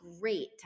great